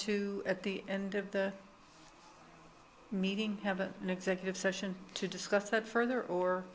to at the end of the meeting have an executive session to discuss that further or